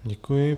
Děkuji.